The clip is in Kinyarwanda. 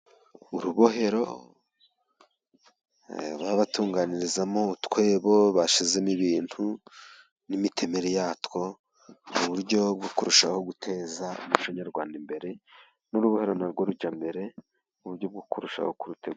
Urubohero baba batunganirizamo utwibo bashyizemo ibintu, n'imitemeri ya two, mu buryo bwo kurushaho guteza umuco nyarwanda imbere, n'uruhare narwo rujya mbere mu buryo bwo kurushaho kurutegura.